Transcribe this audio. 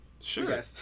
Sure